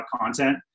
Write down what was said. content